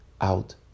out